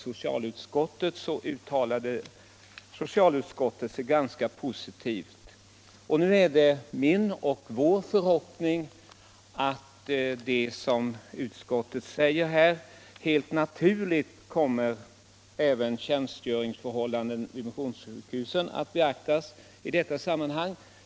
Socialutskottet har uttalat sig ganska positivt med anledning av min motion, och nu är det min och vår förhoppning att, som utskottet säger. även tjänstgöringsförhållanden vid missionssjukhusen helt naturligt kommer att beaktas i detta sammanhang.